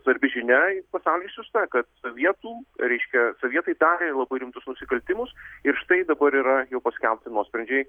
svarbi žinia į pasaulį išsiųsta kad sovietų reiškia sovietai darė labai rimtus nusikaltimus ir štai dabar yra jau paskelbti nuosprendžiai